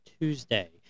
Tuesday